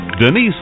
Denise